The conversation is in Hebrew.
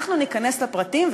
אנחנו ניכנס לפרטים,